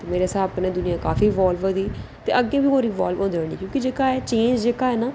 मेरे स्हाब कन्नै दुनिया काफी इवालव होआ दी ओह् अग्गें बी इवालव होंदी रौह्नी